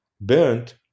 burnt